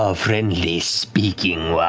ah friendly speaking